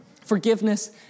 forgiveness